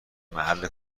محل